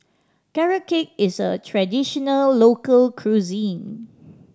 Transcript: Carrot Cake is a traditional local cuisine